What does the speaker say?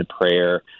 prayer